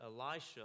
Elisha